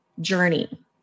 journey